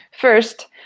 first